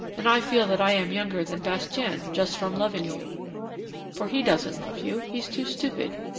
and i feel that i am younger than bastien just from loving you for he doesn't love you, he's too stupid,